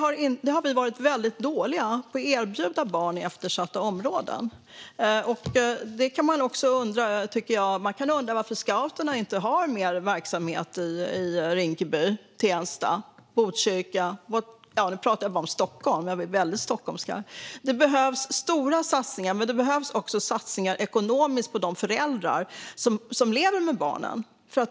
Vi har varit väldigt dåliga på att erbjuda barn i eftersatta områden detta, och man kan undra varför. Man kan undra varför Scouterna inte har mer verksamhet i Rinkeby, Tensta eller Botkyrka. Nu pratar jag om Stockholm - det blev väldigt stockholmskt. Det behövs stora satsningar, men det behövs också satsningar ekonomiskt på de föräldrar som lever med barnen.